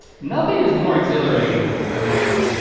nothing is more exhilarating than,